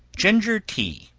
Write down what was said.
ginger tea.